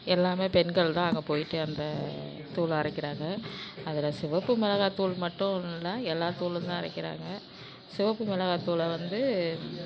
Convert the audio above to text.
எல்லாமே பெண்கள் தான் அங்கே போய்ட்டு அந்த தூளை அரைக்கிறாங்கள் அதில் சிவப்பு மிளகாய் தூள் மட்டும் இல்லை எல்லா தூளும் தான் அரைக்கிறாங்கள் சிவப்பு மிளகாய் தூளை வந்து